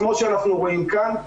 כמו שאנחנו רואים כאן,